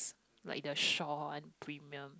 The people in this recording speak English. like the Shaw and premium